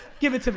give it so